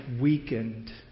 weakened